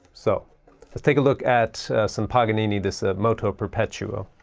so let's take a look at some paganini, this ah moto perpetuo all